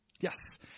Yes